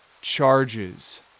charges